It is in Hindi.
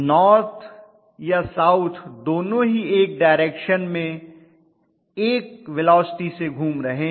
नॉर्थ या साउथ दोनों ही एक डायरेक्शन में एक वेलोसिटी से घूम रहे हैं